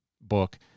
book